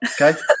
Okay